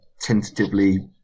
tentatively